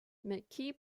mckee